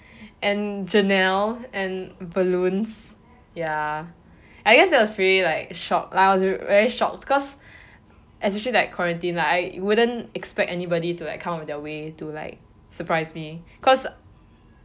and janelle and balloons ya I guess that was pretty like shocked like I was very shocked because especially like quarantine lah I wouldn't expect anybody to like come out of their way to like surprise me cause